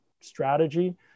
strategy